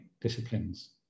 disciplines